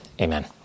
Amen